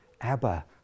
Abba